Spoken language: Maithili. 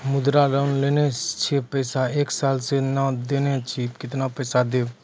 मुद्रा लोन लेने छी पैसा एक साल से ने देने छी केतना पैसा देब?